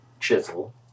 chisel